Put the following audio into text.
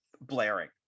blaring